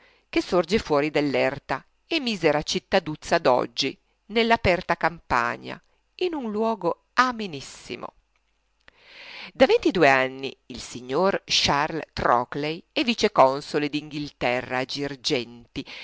che sorge fuori dell'erta e misera cittaduzza d'oggi nell'aperta campagna in luogo amenissimo da ventidue anni il signor charles trockley è vice-console d'inghilterra a girgenti